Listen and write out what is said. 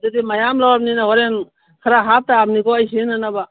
ꯑꯗꯨꯗꯤ ꯃꯌꯥꯝ ꯂꯧꯔꯕꯅꯤꯅ ꯍꯣꯔꯦꯟ ꯈꯔ ꯍꯥꯞꯇꯕꯅꯤꯀꯣ ꯑꯩ ꯁꯤꯖꯤꯟꯅꯅꯕ